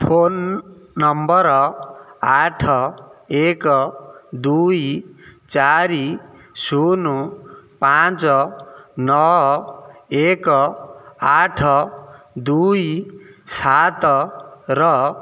phone number ଆଠ ଏକ ଦୁଇ ଚାରି ଶୂନ ପାଞ୍ଚ ନଅ ଏକ ଆଠ ଦୁଇ ସାତର